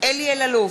אלי אלאלוף,